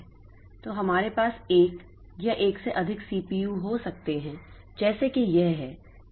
तो हमारे पास एक या एक से अधिक सीपीयू हो सकते हैं जैसे कि यह है